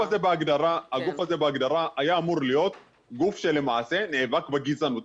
הזה בהגדרה היה אמור להיות גוף שלמעשה נאבק בגזענות.